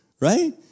right